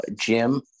Jim